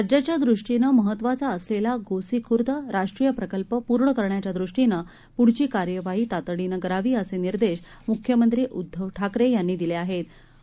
राज्याच्यादृष्टीनंमहत्वाचाअसलेलागोसीखुर्दराष्ट्रीयप्रकल्पपूर्णकरण्याच्यादृष्टीनंपुढचीकार्यवाहीतातडीनंकरावी असेनिर्देशमुख्यमंत्रीउध्दवठाकरेयांनादिलेआहेत